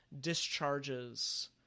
discharges